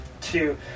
Two